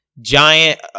giant